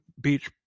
beach